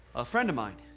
a friend of mine.